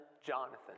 Jonathan